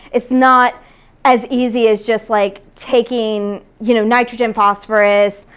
it's not as easy as just like taking you know nitrogen phosphorus,